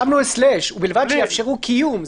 שמנו לוכסן: ובלבד שיאפשרו קיום,